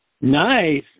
Nice